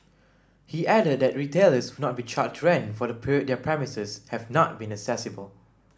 he added that retailers would not be charged rent for the period their premises have not been accessible